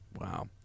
wow